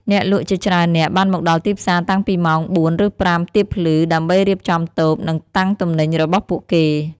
អ្នកលក់ជាច្រើននាក់បានមកដល់ទីផ្សារតាំងពីម៉ោង ៤ ឬ ៥ ទៀបភ្លឺ ដើម្បីរៀបចំតូប និងតាំងទំនិញរបស់ពួកគេ។